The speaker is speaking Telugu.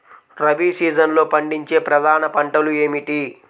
రబీ సీజన్లో పండించే ప్రధాన పంటలు ఏమిటీ?